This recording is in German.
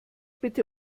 bitte